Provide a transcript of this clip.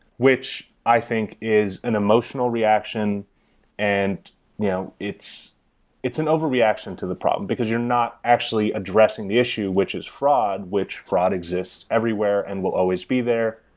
which i think is an emotional reaction and you know it's it's an overreaction to the problem, because you're not actually addressing the issue, which is fraud, which fraud exists everywhere and will always be there.